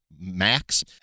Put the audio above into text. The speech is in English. max